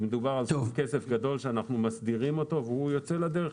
מדובר על סכום כסף גדול שאנחנו מסדירים אותו והוא יוצא לדרך.